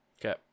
Okay